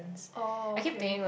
oh okay